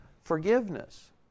forgiveness